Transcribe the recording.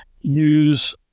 use